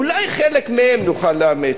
אולי חלק מהן נוכל לאמץ?